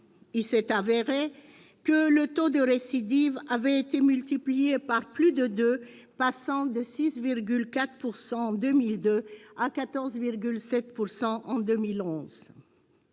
Il s'est avéré que le taux de récidive avait été multiplié par plus de deux, passant de 6,4 % en 2002 à 14,7 % en 2011.